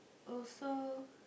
oh so